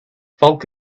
folk